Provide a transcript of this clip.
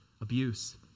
Abuse